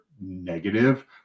negative